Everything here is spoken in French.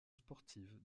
sportive